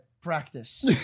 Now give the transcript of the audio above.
practice